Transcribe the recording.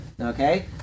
okay